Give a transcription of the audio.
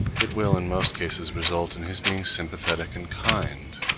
it will in most cases result in his being sympathetic and kind.